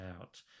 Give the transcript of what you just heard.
out